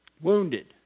wounded